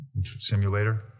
simulator